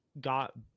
got